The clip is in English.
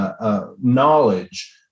knowledge